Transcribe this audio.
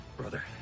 brother